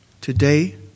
today